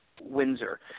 Windsor